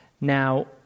Now